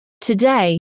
Today